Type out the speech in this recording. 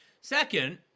Second